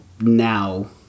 now